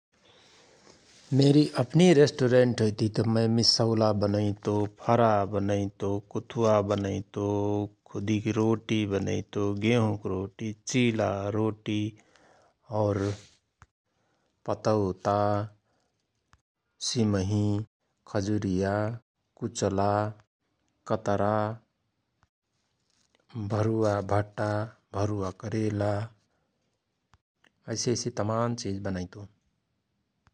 मेरि अपनी रेष्टुरेन्ट हुइती तओ मय मिसौला बनैतो फरा बनैतो कुथुवा बनैतो खुदिक रोटी बनैतो गेहुंक रोटी, चिला रोटी और पतौता, सिमहि, खजुरिया कुचला, कतरा, भरुवा भटा, भरुवा करेला ऐसि–ऐसि तमान चिझ बनैतो ।